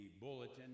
bulletin